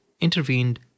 intervened